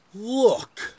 Look